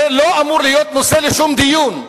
זה לא אמור להיות נושא לשום דיון.